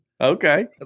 Okay